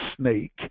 snake